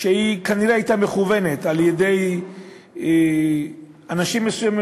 שכנראה הייתה מכוּונת על-ידי אנשים מסוימים,